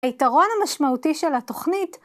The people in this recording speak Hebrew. היתרון המשמעותי של התוכנית